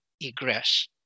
egress